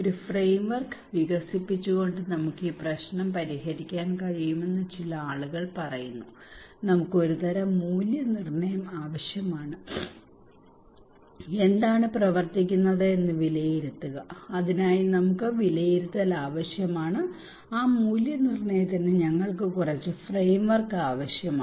ഒരു ഫ്രെയിംവർക് വികസിപ്പിച്ചുകൊണ്ട് നമുക്ക് ഈ പ്രശ്നം പരിഹരിക്കാൻ കഴിയുമെന്ന് ചില ആളുകൾ പറയുന്നു നമുക്ക് ഒരു തരം മൂല്യനിർണ്ണയം ആവശ്യമാണ് എന്താണ് പ്രവർത്തിക്കുന്നത് എന്ന് വിലയിരുത്തുക അതിനായി നമുക്ക് വിലയിരുത്തൽ ആവശ്യമാണ് ആ മൂല്യനിർണ്ണയത്തിന് ഞങ്ങൾക്ക് കുറച്ച് ഫ്രെയിംവർക് ആവശ്യമാണ്